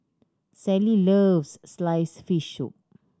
Sally loves slice fish soup